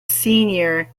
senior